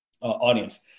audience